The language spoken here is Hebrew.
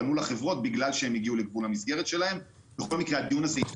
פנו לחברות בגלל שהם הגיעו לגבול המסגרת שלהם.